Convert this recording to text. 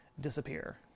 disappear